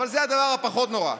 אבל זה הדבר הפחות-נורא.